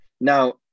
Now